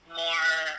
more